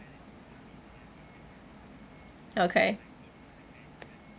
okay